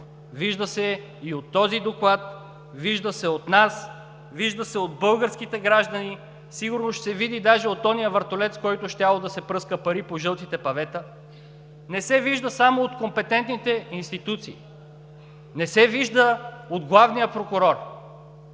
Вижда се и от този доклад, вижда се от нас, вижда се от българските граждани, сигурно ще се види даже от онзи вертолет, с който щели да се пръскат пари по жълтите павета! Не се вижда само от компетентните институции, не се вижда от главния прокурор,